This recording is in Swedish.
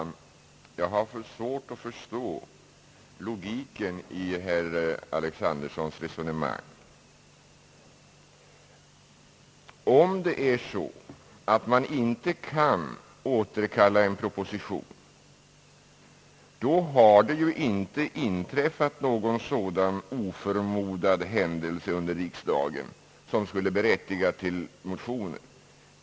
Herr talman! Jag har svårt att förstå logiken i herr Alexandersons resonemang. Om det är så att man inte kan återkalla en proposition, har det ju inte inträffat någon sådan oförmodad händelse under riksdagen, som skulle berättiga till motioner.